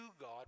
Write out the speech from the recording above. God